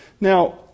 Now